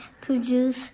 produce